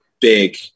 big